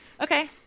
okay